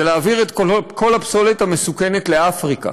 זה להעביר את כל הפסולת המסוכנת לאפריקה,